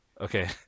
okay